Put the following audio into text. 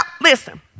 Listen